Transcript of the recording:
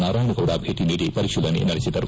ನಾರಾಯಣಗೌಡ ಭೇಟ ನೀಡಿ ಪರಿಶೀಲನೆ ನಡೆಸಿದರು